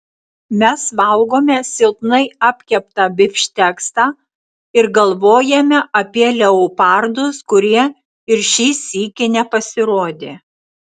mes valgome silpnai apkeptą bifšteksą ir galvojame apie leopardus kurie ir šį sykį nepasirodė